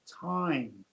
time